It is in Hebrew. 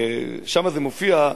שמה זה מופיע,